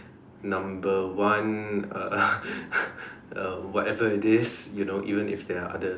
number one uh uh whatever it is you know even if there are others